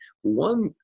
one